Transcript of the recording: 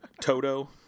Toto